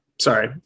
Sorry